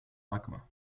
magma